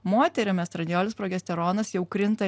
moterim estradiolis progesteronas jau krinta